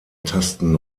tasten